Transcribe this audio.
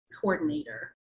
Coordinator